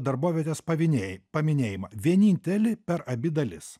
darbovietės pavinei paminėjimą vienintelį per abi dalis